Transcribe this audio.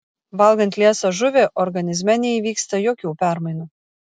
valgant liesą žuvį organizme neįvyksta jokių permainų